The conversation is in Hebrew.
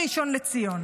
בראשון לציון.